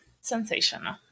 Sensational